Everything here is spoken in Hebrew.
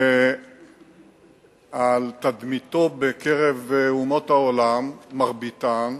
ועל תדמיתו בקרב אומות העולם, מרביתן,